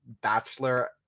bachelor